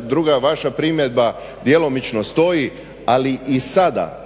druga vaša primjedba djelomično stoji, ali i sada